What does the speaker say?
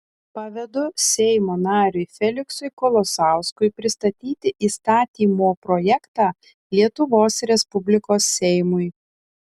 pavedu seimo nariui feliksui kolosauskui pristatyti įstatymo projektą lietuvos respublikos seimui